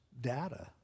data